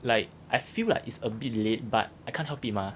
like I feel like it's a bit late but I can't help it mah